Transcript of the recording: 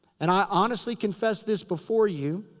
and i honestly confess this before you.